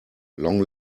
long